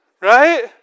right